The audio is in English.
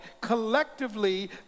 collectively